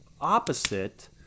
opposite